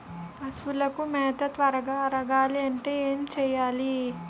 పశువులకు మేత త్వరగా అరగాలి అంటే ఏంటి చేయాలి?